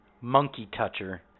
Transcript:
monkey-toucher